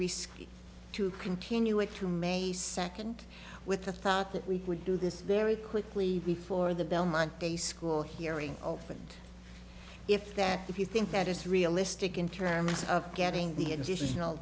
risky to continue with you may second with the thought that we would do this very quickly before the belmont a school hearing opened if that if you think that is realistic in terms of getting the additional